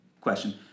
question